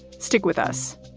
stick with us